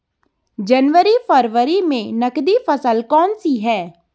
जनवरी फरवरी में नकदी फसल कौनसी है?